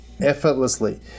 effortlessly